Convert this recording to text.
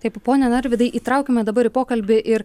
taip pone narvydai įtraukime dabar į pokalbį ir